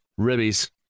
Ribbies